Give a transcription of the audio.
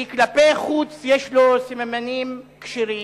כי כלפי חוץ יש לו סממנים כשרים,